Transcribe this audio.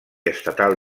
estatal